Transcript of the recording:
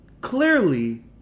clearly